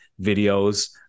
videos